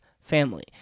family